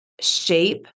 shape